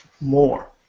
more